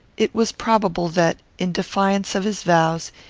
it was probable that, in defiance of his vows,